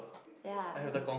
ya